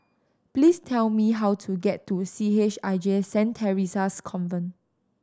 please tell me how to get to C H I J Saint Theresa's Convent